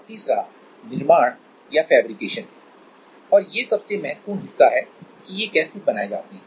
और तीसरा फेब्रिकेशन है और ये सबसे महत्वपूर्ण हिस्सा है कि ये कैसे बनाए जाते हैं